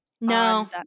No